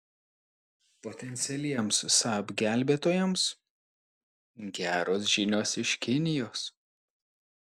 potencialiems saab gelbėtojams geros žinios iš kinijos